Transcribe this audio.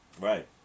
Right